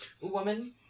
woman